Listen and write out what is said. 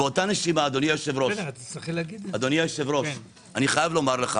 באותה נשימה, אדוני היושב-ראש, אני חייב לומר לך